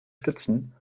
stützen